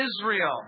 Israel